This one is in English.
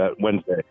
Wednesday